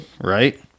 right